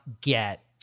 get